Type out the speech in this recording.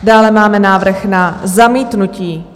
Dále máme návrh na zamítnutí.